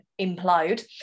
implode